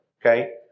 okay